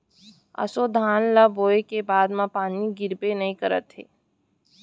ऑसो धान ल बोए के बाद म पानी ह गिरबे नइ करत हे